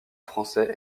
français